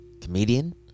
comedian